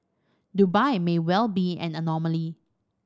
Dubai may well be an anomaly